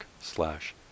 slash